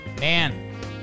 Man